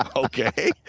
ah okay.